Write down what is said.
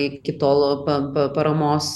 iki tol pa pa paramos